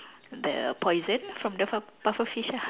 the poison from the puff~ pufferfish ah